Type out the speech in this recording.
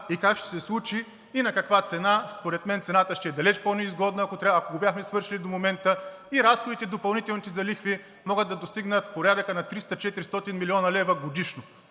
и как ще се случи и на каква цена. Според мен цената ще е далеч по-неизгодна, ако го бяхме свършили до момента и допълнителните разходи за лихви могат да достигнат в порядъка на 300 – 400 млн. лв. годишно.